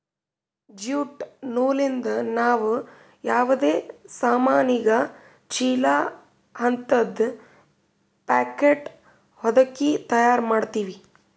jute ನೂಲಿಂದ್ ನಾವ್ ಯಾವದೇ ಸಾಮಾನಿಗ ಚೀಲಾ ಹಂತದ್ ಪ್ಯಾಕೆಟ್ ಹೊದಕಿ ತಯಾರ್ ಮಾಡ್ತೀವಿ